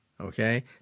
okay